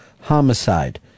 homicide